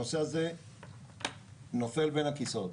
הנושא הזה נופל בין הכסאות.